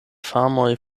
farmoj